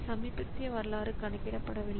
சமீபத்திய வரலாறு கணக்கிடப்படவில்லை